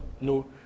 no